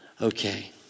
okay